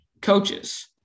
coaches